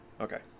Okay